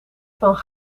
van